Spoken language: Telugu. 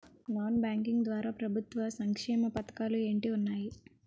నాన్ బ్యాంకింగ్ ద్వారా ప్రభుత్వ సంక్షేమ పథకాలు ఏంటి ఉన్నాయి?